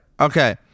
Okay